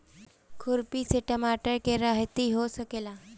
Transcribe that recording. खुरपी से टमाटर के रहेती हो सकेला?